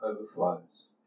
overflows